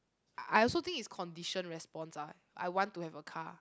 I also think is condition response ah I want to have a car